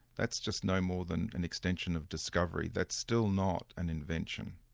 that's just no more than an extension of discovery, that's still not an invention.